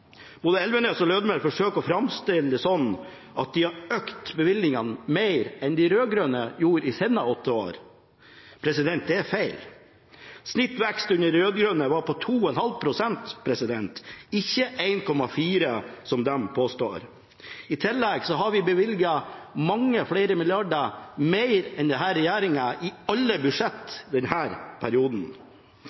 Både Elvenes og Lødemel forsøker å framstille det som at de har økt bevilgningene mer enn de rød-grønne gjorde i sine åtte år. Det er feil. Snittvekst under de rød-grønne var på 2,5 pst., ikke 1,4 pst., som de påstår. I tillegg har vi bevilget mange flere milliarder mer enn denne regjeringen i alle budsjett i denne perioden,